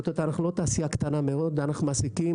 אנחנו לא תעשייה קטנה מאוד ואנחנו מעסקים